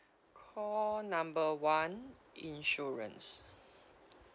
call number one insurance